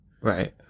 Right